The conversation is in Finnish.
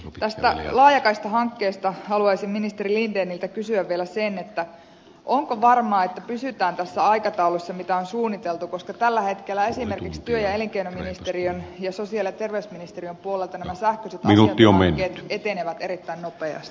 tästä laajakaistahankkeesta haluaisin ministeri lindeniltä kysyä vielä sen onko varmaa että pysytään tässä aikataulussa mitä on suunniteltu koska tällä hetkellä esimerkiksi työ ja elinkeinoministeriön ja sosiaali ja terveysministeriön puolelta nämä sähköiset asiointihankkeet etenevät erittäin nopeasti